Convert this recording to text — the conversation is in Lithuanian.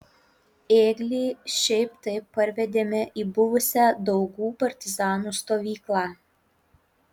ėglį šiaip taip parvedėme į buvusią daugų partizanų stovyklą